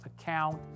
account